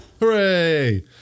Hooray